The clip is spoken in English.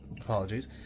Apologies